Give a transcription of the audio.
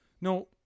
No